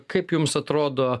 kaip jums atrodo